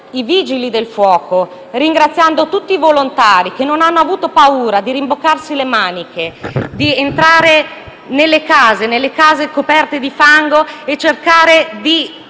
i Vigili del fuoco e tutti i volontari che non hanno avuto paura di rimboccarsi le maniche e di entrare nelle case coperte di fango per cercare di